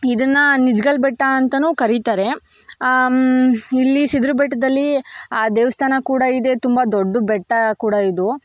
ಇದನ್ನು ನಿಜ್ಗಲ್ಲು ಬೆಟ್ಟ ಅಂತಲೂ ಕರಿತಾರೆ ಇಲ್ಲಿ ಸಿದ್ಧರ ಬೆಟ್ಟದಲ್ಲಿ ದೇವಸ್ಥಾನ ಕೂಡ ಇದೆ ತುಂಬ ದೊಡ್ಡ ಬೆಟ್ಟ ಕೂಡ ಇದು